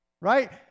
Right